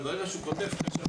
אבל ברגע שהוא כותב כשר,